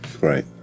Right